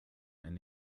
and